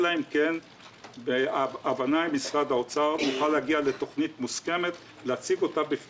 אלא אם כן נוכל להגיע לתכנית מוסכמת עם